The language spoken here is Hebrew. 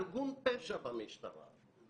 חבל שפרקליט המדינה שיקר לנו.